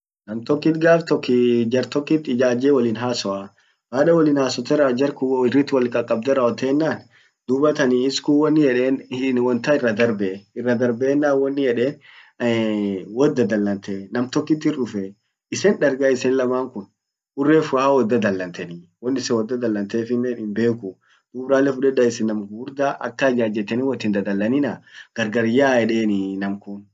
nam tokkit gaf tok jar tokkit ijaje wolin hasoa .baada wolin hasote rawwot jarkun irrit dubatan iskun wonin yeden wontan irra darbe, irra darbe wonin yeden, wot dadalante. Nam tokkit irr dufee isen darga isen laman kun ur refua hawot dadalanteni. won issen wot dadalantef himbekuu, dub ralle fudeda isen nam gugurda akan ijajeteni wot hindadalelina gargar yaa eden inamkun,